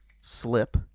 slip